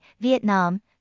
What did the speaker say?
Vietnam